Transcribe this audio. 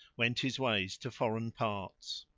went his ways to foreign parts.